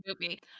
movie